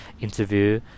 interview